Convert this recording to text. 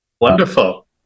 Wonderful